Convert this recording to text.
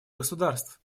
государств